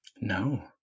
No